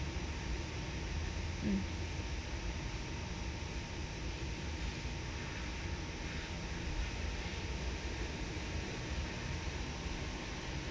mm